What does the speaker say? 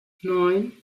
neun